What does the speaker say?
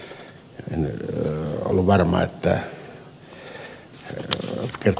en ollut varma kertoiko ed